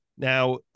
Now